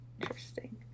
interesting